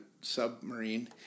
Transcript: submarine